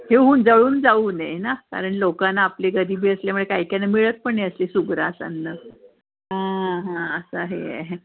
हे होऊन जळून जाऊ नये ना कारण लोकांना आपले गरिबी असल्यामुळे काही काही ना मिळत पण असली सुग्रास अन्न हां हां असं हे आहे